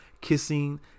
kissing